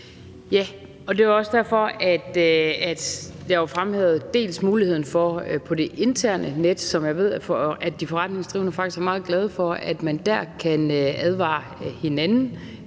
Ja, og det var også derfor, jeg fremhævede dels det interne net, som jeg ved de forretningsdrivende faktisk er meget glade for, og hvor man kan advare hinanden